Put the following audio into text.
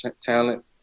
talent